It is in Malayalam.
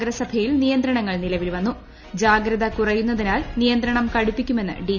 നഗരസഭയിൽ നിയന്ത്രണ്ടങ്ങൾ ്നിലവിൽ വന്നു ജാഗ്രത കുറയുന്നതിനാൽ ്യിയന്ത്രണം കടുപ്പിക്കുമെന്ന് ഡി